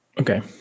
Okay